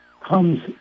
comes